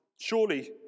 Surely